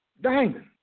diamond